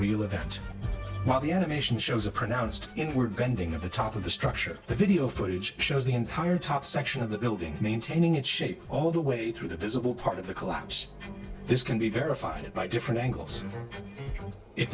real event while the animation shows a pronounced inward bending of the top of the structure the video footage shows the entire top section of the building maintaining its shape all the way through the visible part of the collapse this can be verified by different angles if